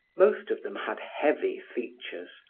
most of them had heavy features,